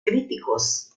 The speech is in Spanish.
críticos